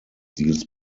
deals